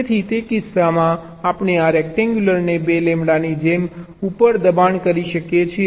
તેથી તે કિસ્સામાં આપણે આ રેક્ટેન્ગ્યુલરને 2 લેમ્બડાની જેમ ઉપર દબાણ કરી શકીએ છીએ